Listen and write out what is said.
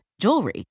jewelry